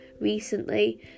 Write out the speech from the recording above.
recently